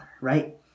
right